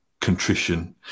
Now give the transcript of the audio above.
contrition